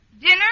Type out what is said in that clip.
Dinner